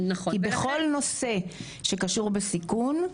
כי בכל נושא שקשור בסיכון,